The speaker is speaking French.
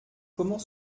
comment